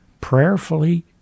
prayerfully